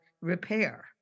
repair